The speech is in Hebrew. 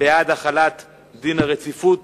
בעד החלת דין הרציפות.